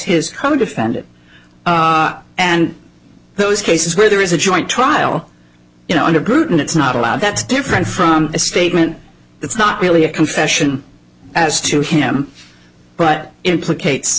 codefendant and those cases where there is a joint trial you know under guten it's not allowed that's different from a statement it's not really a confession as to him but implicate